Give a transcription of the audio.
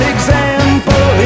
Example